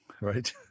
right